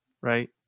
right